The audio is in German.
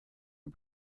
zur